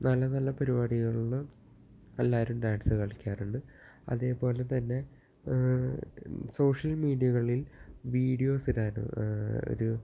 നല്ല നല്ല പരിപാടികളിൽ എല്ലാവരും ഡാൻസ് കളിക്കാറുണ്ട് അതേപോലെ തന്നെ സോഷ്യൽ മീഡിയകളിൽ വീഡിയോസിടാനും ഒരു